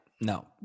No